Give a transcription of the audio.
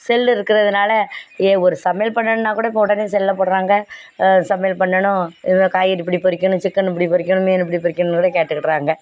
செல் இருக்கிறதுனால ஏன் ஒரு சமையல் பண்ணணும்னால் கூட இப்போ உடனே செல்லில் போடுகிறாங்க சமையல் பண்ணணும் இவ்வளோ காய்கறி இப்படி பறிக்கணும் சிக்கன் இப்படி பறிக்கணும் மீன் இப்படி பறிக்கணும்னு கூட கேட்டுகிடுறாங்க